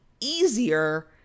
easier